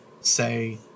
say